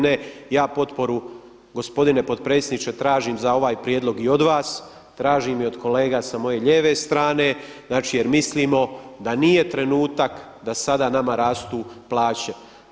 Ne, ja potporu, gospodine potpredsjedniče, tražim za ovaj prijedlog i od vas, tražim i od kolega sa moje lijeve strane jer mislimo da nije trenutak da sada nama rastu plaće.